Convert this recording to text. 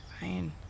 Fine